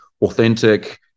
authentic